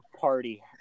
party